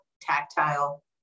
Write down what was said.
tactile